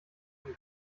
von